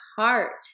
heart